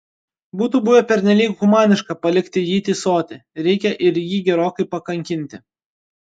būtų buvę pernelyg humaniška palikti jį tįsoti reikia ir jį gerokai pakankinti